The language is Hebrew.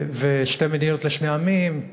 שתי מדינות לשני עמים,